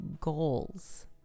goals